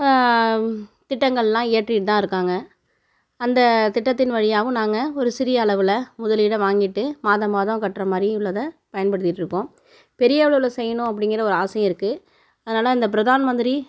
திட்டங்களெலாம் இயற்றிகிட்டுத்தான் இருக்காங்க அந்தத் திட்டத்தின் வழியாகவும் நாங்கள் ஒரு சிறிய அளவில் முதலீடை வாங்கிட்டு மாதமாதம் கட்டுற மாதிரி உள்ளதை பயன்படுத்திகிட்டு இருப்போம் பெரிய அளவில் செய்யணும் அப்படிங்கிற ஒரு ஆசையும் இருக்குது அதனால அந்த பிரதான் மந்திரி